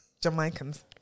Jamaicans